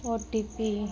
OTP